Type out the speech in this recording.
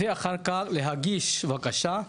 ואחר כך להגיש בקשה.